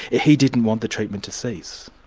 he didn't want the treatment to cease.